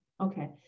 Okay